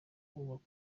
bubaka